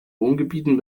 wohngebieten